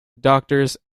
doctors